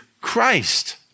Christ